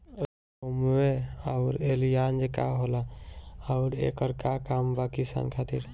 रोम्वे आउर एलियान्ज का होला आउरएकर का काम बा किसान खातिर?